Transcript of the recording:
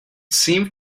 seemed